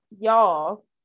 y'all